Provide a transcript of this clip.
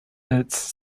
its